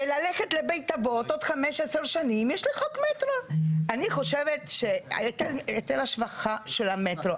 רק במימוש אתם צריכים לשלם.